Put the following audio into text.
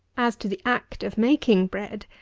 as to the act of making bread,